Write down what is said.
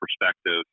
perspective